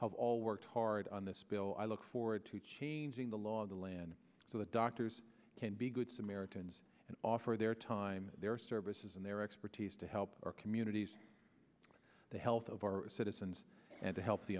have all worked hard on this bill i look forward to changing the law of the land so the doctors can be good samaritans and offer their time their services and their expertise to help our communities the health of our citizens and to help the